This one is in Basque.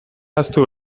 ahaztu